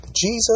Jesus